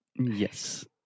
Yes